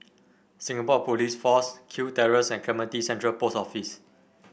Singapore Police Force Kew Terrace and Clementi Central Post Office